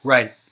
Right